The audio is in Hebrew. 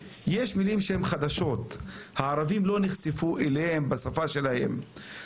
יש מילים שהן חדשות והערבים לא נחשפו אליהן בשפה שלהן.